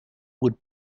would